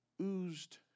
oozed